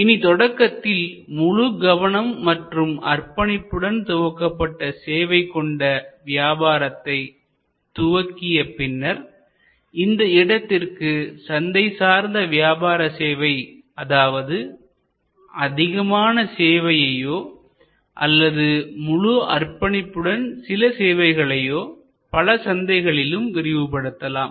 இனி தொடக்கத்தில் முழு கவனம் மற்றும் அர்ப்பணிப்புடன் துவங்கப்பட்ட சேவை கொண்ட வியாபாரத்தை துவக்கி பின்னர் இந்த இடத்திற்கு சந்தை சார்ந்த வியாபார சேவை அதாவது அதிகமான சேவையையோ அல்லது முழு அர்ப்பணிப்புடன் சில சேவைகளை பல சந்தைகளிலும் விரிவுபடுத்தலாம்